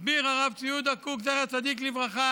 הסביר הרב צבי יהודה קוק, זכר צדיק לברכה,